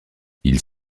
ils